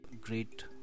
great